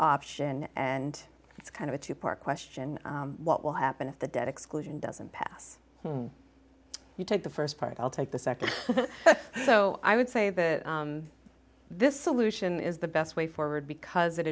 option and it's kind of a two part question what will happen if the debt exclusion doesn't pass you take the first part i'll take the second so i would say that this solution is the best way forward because it